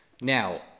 Now